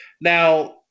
Now